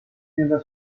nella